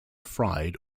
fried